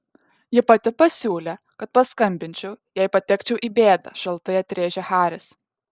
ji pati pasiūlė kad paskambinčiau jei patekčiau į bėdą šaltai atrėžė haris